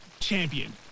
champion